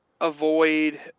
avoid